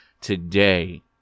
today